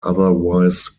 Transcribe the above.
otherwise